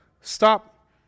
stop